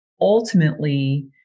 ultimately